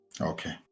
okay